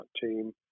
team